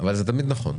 אבל זה תמיד נכון,